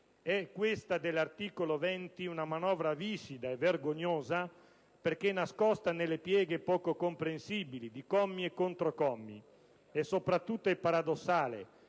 È, questa dell'articolo 20, una manovra viscida e vergognosa, perché nascosta nelle pieghe poco comprensibili di commi e contro-commi. E soprattutto è paradossale,